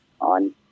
on